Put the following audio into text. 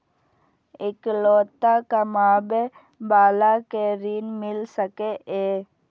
इकलोता कमाबे बाला के ऋण मिल सके ये?